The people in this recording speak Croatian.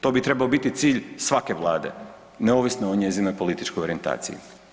To bi trebao biti cilj svake Vlade neovisno o njezinoj političkoj orijentaciji.